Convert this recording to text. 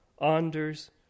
Anders